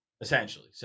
essentially